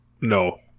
No